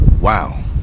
wow